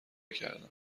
کردم